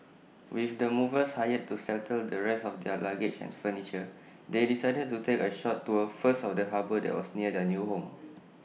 with the movers hired to settle the rest of their luggage and furniture they decided to take A short tour first of the harbour that was near their new home